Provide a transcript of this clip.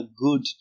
good